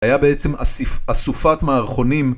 היה בעצם אסיף אסופת מערכונים